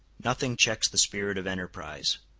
nothing checks the spirit of enterprise.